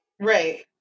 right